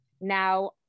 now